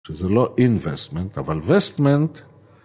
שזה לא investment, אבל vestment